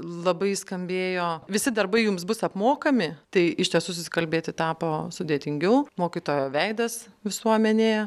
labai skambėjo visi darbai jums bus apmokami tai iš tiesų susikalbėti tapo sudėtingiau mokytojo veidas visuomenėje